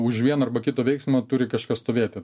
už vieno arba kito veiksmo turi kažkas stovėti